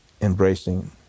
embracing